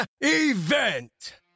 event